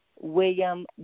William